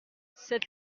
cette